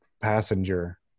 passenger